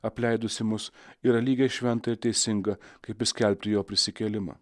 apleidusį mus yra lygiai šventa ir teisinga kaip ir skelbti jo prisikėlimą